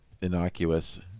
Innocuous